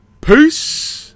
Peace